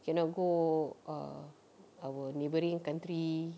cannot go err our neighbouring country